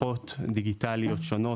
הדרכות דיגיטליות שונות,